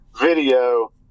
video